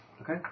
Okay